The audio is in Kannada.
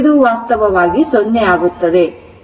ಇದು ವಾಸ್ತವವಾಗಿ 0 ಆಗುತ್ತಿದೆ